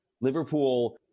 Liverpool